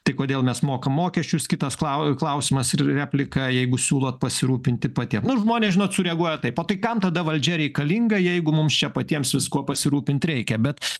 tai kodėl mes mokam mokesčius kitas klausimas replika jeigu siūlot pasirūpinti patiem žmonės žinot sureaguoja taip o tai kam tada valdžia reikalinga jeigu mums čia patiems viskuo pasirūpint reikia bet